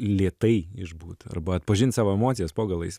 lėtai išbūt arba atpažinti savo emocijas po galais